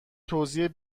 توضیح